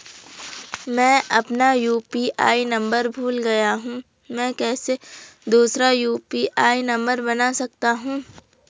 मैं अपना UPI number भूल गया हूँ मैं कैसे दूसरा यु.पी.आई नम्बर बना सकता हूँ?